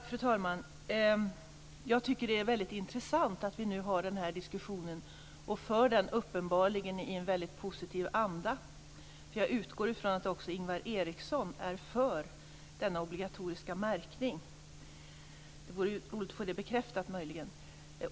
Fru talman! Jag tycker att det är intressant att vi nu har den här diskussionen och för den i en väldigt positiv anda. Jag utgår ifrån att också Ingvar Eriksson är för en obligatorisk märkning, och det vore bra att få det bekräftat.